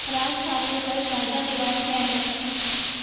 राज ठाकरे पर ताज़ा विवाद क्या है